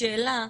השאלה,